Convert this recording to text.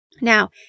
Now